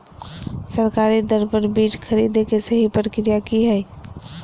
सरकारी दर पर बीज खरीदें के सही प्रक्रिया की हय?